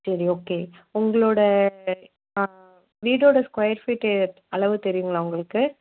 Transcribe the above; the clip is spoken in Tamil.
சரி ஓகே உங்களோட வீடோட ஸ்கொயர் ஃபிட் அளவு தெரியுங்களா உங்களுக்கு